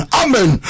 amen